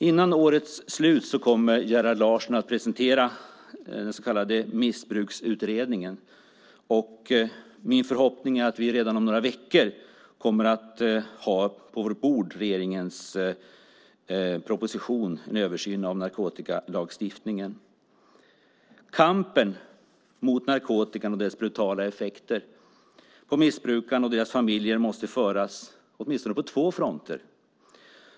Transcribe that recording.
Innan årets slut kommer Gerhard Larsson att presentera den så kallade Missbruksutredningens resultat, och min förhoppning är att vi redan om några veckor kommer att ha regeringens proposition, en översyn av narkotikalagstiftningen, på vårt bord. Kampen mot narkotikan och dess brutala effekter på missbrukarna och deras familjer måste föras åtminstone på två fronter.